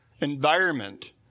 environment